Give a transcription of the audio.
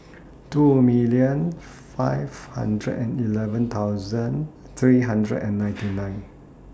two million five hundred and eleven thousand three hundred and ninety nine